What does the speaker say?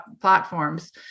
platforms